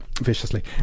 viciously